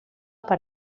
per